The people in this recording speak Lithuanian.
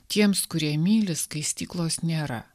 tiems kurie myli skaistyklos nėra